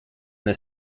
the